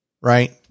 Right